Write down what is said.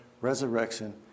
resurrection